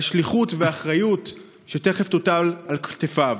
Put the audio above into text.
על שליחות ועל אחריות שתכף תוטל על כתפיו.